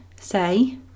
say